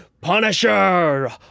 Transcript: Punisher